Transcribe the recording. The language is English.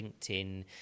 LinkedIn